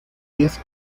pies